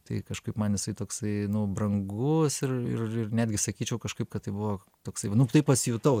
tai kažkaip man jisai toksai brangus ir ir ir netgi sakyčiau kažkaip kad tai buvo toksai nu taip pasijutau